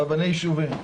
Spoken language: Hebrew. רבני יישובים.